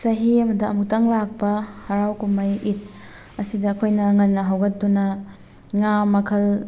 ꯆꯍꯤ ꯑꯃꯗ ꯑꯃꯨꯛꯇꯪ ꯂꯥꯛꯄ ꯍꯔꯥꯎ ꯀꯨꯝꯍꯩ ꯏꯠ ꯑꯁꯤꯗ ꯑꯩꯈꯣꯏꯅ ꯉꯟꯅ ꯍꯧꯒꯠꯇꯨꯅ ꯉꯥ ꯃꯈꯜ